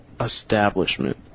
establishment